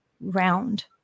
round